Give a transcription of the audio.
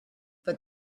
but